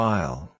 File